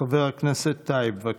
חבר הכנסת טייב, בבקשה.